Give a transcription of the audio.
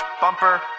bumper